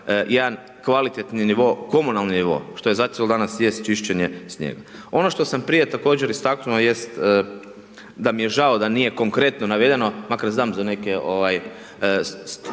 jedan kvalitetni nivo, komunalni nivo, što je zacijelo danas i jest čišćenje snijega. Ono što sam prije također istaknuo jest da mi je žao da nije konkretno navedeno, makar znam za neke